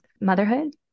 motherhood